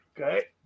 okay